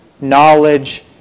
knowledge